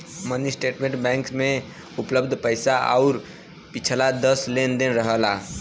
mini statement bank में उपलब्ध पैसा आउर पिछला दस लेन देन रहेला